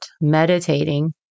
meditating